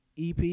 EP